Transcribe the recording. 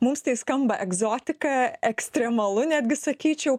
mums tai skamba egzotika ekstremalu netgi sakyčiau